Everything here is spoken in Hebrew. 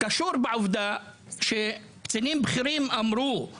קשור בעובדה שקצינים בכירים אמרו פעם